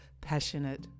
passionate